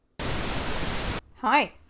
Hi